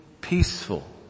peaceful